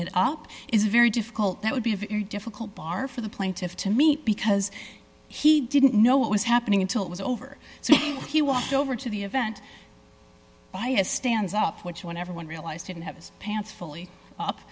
it up is very difficult that would be a very difficult bar for the plaintiff to meet because he didn't know what was happening until it was over so he walked over to the event by a stands up which when everyone realized he didn't have his pants fully up